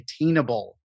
attainable